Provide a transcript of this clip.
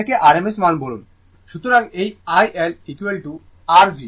সুতরাং এই iL r V r Vm